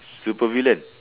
supervillain